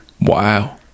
Wow